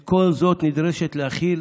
את כל זאת נדרשת להכיל